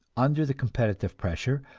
under the competitive pressure,